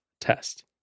test